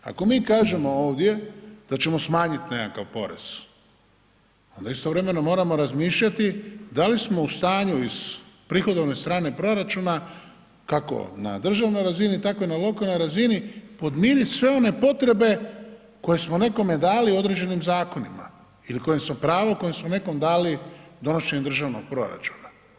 Ako mi kažemo ovdje da ćemo smanjiti nekakav porez onda istovremeno moramo razmišljati da li smo u stanju iz prihodovne strane proračuna kako na državnoj razini, tako i na lokalnoj razini podmiriti sve one potrebe koje smo nekome dali u određenim zakonima ili kojim smo pravo koje smo nekom dali donošenjem državnog proračuna.